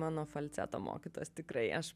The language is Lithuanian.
mano falceto mokytas tikrai aš